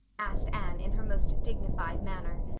asked anne, in her most dignified manner.